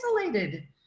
isolated